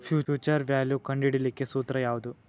Future value ಕಂಢಿಡಿಲಿಕ್ಕೆ ಸೂತ್ರ ಯಾವ್ದು?